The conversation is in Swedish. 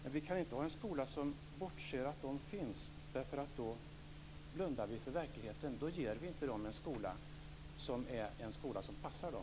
Men vi kan inte ha en skola som bortser från att det finns sådana elever därför att då blundar vi för verkligen - då ger vi inte de eleverna en skola som är en skola som passar dem.